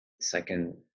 second